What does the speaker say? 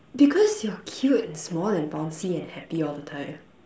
because you're cute and small and bouncy and happy all the time